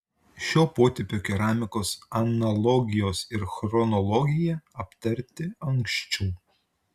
šio potipio keramikos analogijos ir chronologija aptarti anksčiau